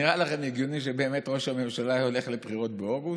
נראה לכם הגיוני שבאמת ראש הממשלה היה הולך לבחירות באוגוסט?